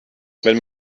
wenn